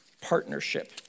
partnership